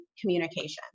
communication